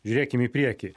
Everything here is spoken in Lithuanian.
žiūrėkim į priekį